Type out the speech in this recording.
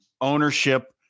ownership